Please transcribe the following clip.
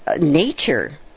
nature